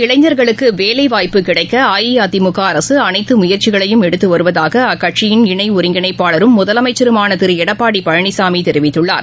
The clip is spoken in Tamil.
இளைஞர்களுக்குவேலைவாய்ப்பு கிடைக்க அஇஅதிமுகஅரசுஅனைத்துமுய்ற்சிகளையும் படித்த எடுத்துவருவதாகஅக்கட்சியின் இணைஒருங்கிணைப்பாளரும் முதலமைச்சருமானதிருளடப்பாடிபழனிசாமிதெரிவித்துள்ளார்